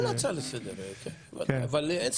בשבוע הראשון של הכנס